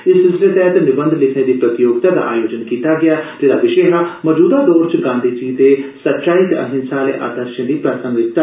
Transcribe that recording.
इस सिलसिले तैह्त निवंघ लिखने दी प्रतियोगिता दा आयोजन कीता गेआ जेह्दा विशे हा ''मजूदा दौर च गांधी जी दे सच्चाई ते अहिंसा आले आदर्शे दी प्रासगिकता